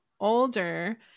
older